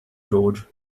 george